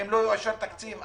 ואם לא יאושר תקציב,